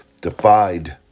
defied